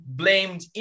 blamed